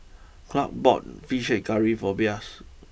Clark bought Fish Head Curry for Blas